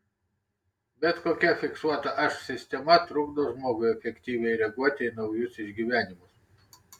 bet kokia fiksuota aš sistema trukdo žmogui efektyviai reaguoti į naujus išgyvenimus